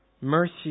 mercy